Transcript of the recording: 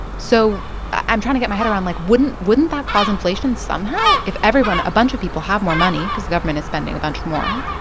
so i'm trying to get my head around like, wouldn't wouldn't that cause inflation somehow? if everyone a bunch of people have more money because the government is spending a bunch more,